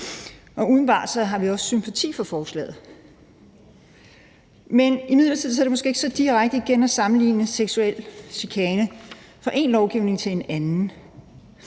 og umiddelbart har vi også sympati for forslaget. Men det er imidlertid måske ikke så ligetil igen at sammenligne definitionen af seksuel chikane i én lovgivning med en anden.